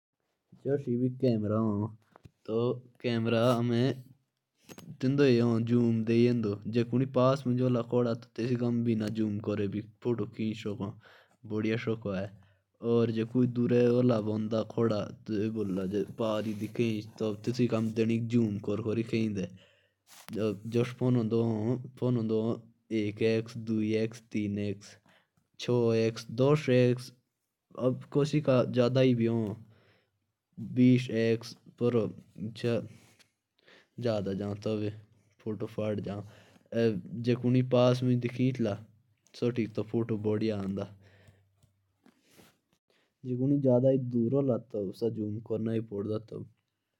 जो कैमरा होता ह अगर उसमें पास से फोटो लेगे तो हमें जूम नी करना पड़ेगा। लेकिन अगर दूर हुआ तो हमें जूम करना पड़ेगा।